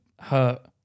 hurt